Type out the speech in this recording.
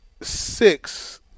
six